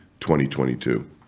2022